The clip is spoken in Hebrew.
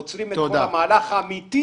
עוצרים את כל המהלך האמיתי